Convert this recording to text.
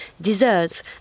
desserts